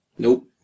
Nope